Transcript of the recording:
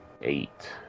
eight